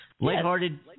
lighthearted